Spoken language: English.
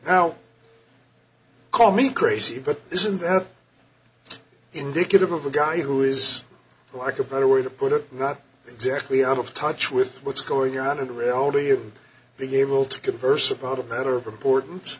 now call me crazy but isn't that indicative of a guy who is like a better way to put it not exactly out of touch with what's going on in the reality of the able to converse about a matter of importance